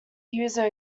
user